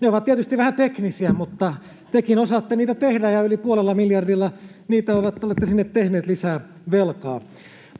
Ne ovat tietysti vähän teknisiä, mutta tekin osaatte niitä tehdä, ja yli puolella miljardilla niitä olette sinne tehneet, lisää velkaa.